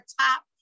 top